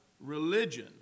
religion